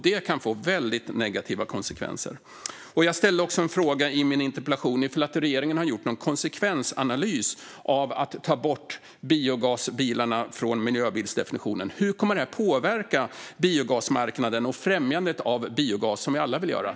Det kan få mycket negativa konsekvenser. Jag ställde en fråga i min interpellation om regeringen har gjort en konsekvensanalys av att ta bort biogasbilarna från miljöbilsdefinitionen. Hur kommer det att påverka biogasmarknaden och främjandet av biogas?